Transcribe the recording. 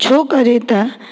छो करे त